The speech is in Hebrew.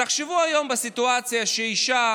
תחשבו היום על סיטואציה שאישה